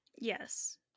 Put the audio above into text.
Yes